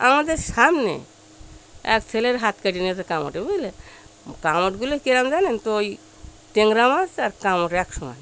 আমাদের সামনে এক ছেলের হাত কেটে নিয়েছে কামড় বুঝলে কামড়গুলো কী রকম জানেন তো ওই ট্যাংরা মাছ আর কামড় এক সমান মাছ